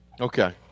Okay